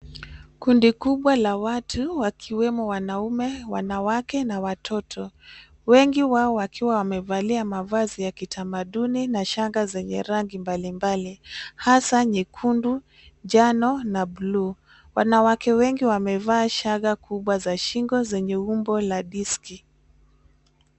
Kundi kubwa la watu, wakiwemo wanaume, wanawake na watoto. Wengi wao wakiwa wamevalia mavazi ya kitamaduni na shanga zenye rangi mbalimbali hasa nyekundu, njano na buluu. Wanawake wengi wamevaa shanga kubwa za shingo zenye umbo la diski.